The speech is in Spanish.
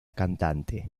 cantante